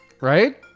Right